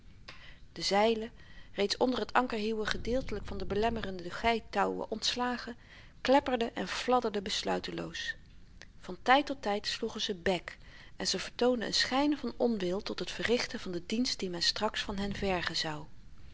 de zeilen reeds onder t ankerhieuwen gedeeltelyk van de belemmerende geitouwen ontslagen klepperden en fladderden besluiteloos van tyd tot tyd sloegen ze back en vertoonden een schyn van onwil tot het verrichten van den dienst dien men straks van hen vergen zou